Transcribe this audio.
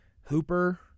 Hooper